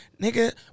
Nigga